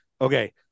okay